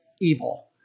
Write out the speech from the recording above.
evil